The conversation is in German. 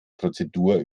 prozedur